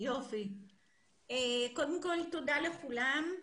תודה לכולם.